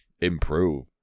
improve